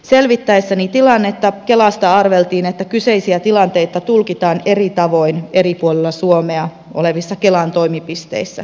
selvittäessäni tilannetta kelasta arveltiin että kyseisiä tilanteita tulkitaan eri tavoin eri puolilla suomea olevissa kelan toimipisteissä